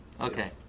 Okay